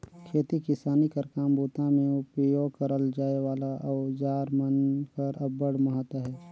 खेती किसानी कर काम बूता मे उपियोग करल जाए वाला अउजार मन कर अब्बड़ महत अहे